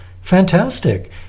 Fantastic